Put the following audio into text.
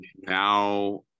now